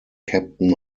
captain